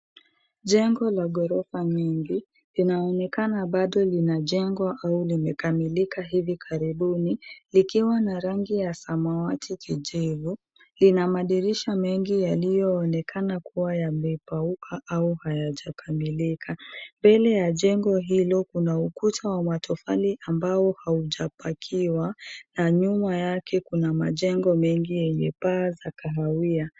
Jengo la ghorofa nyingi linaonekana bado linajengwa au limekamilika hivi karibuni likiwa na rangi ya samawati kijivu. Kina madirisha mengi yaliyoonekana kuwa yamekauka au hayajakamilika. Mbele ya jengo hilo kuna ukuta wa matofali ambao haujapakiwa na nyuma yake kuna majengo mengi yenye paa za kahawia.